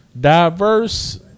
diverse